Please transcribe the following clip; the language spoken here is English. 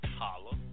holla